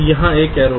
यहाँ एक एरो है